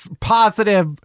positive